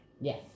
Yes